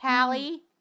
Pally